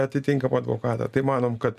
atitinkamą advokatą tai manom kad